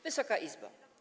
Wysoka Izbo!